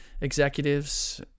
executives